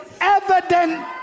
evident